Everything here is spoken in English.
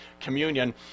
communion